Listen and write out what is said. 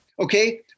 Okay